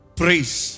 praise